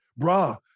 Bruh